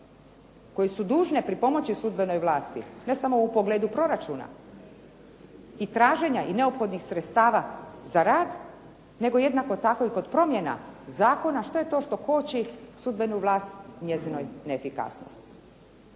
koje su dužne pripomoći državnoj vlasti ne samo u pogledu proračuna i traženja i neophodnih sredstava za rad nego jednako tako i kod donošenja zakona što je to što koči sudbenu vlast njezinoj neefikasnosti,